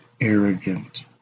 arrogant